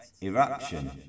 eruption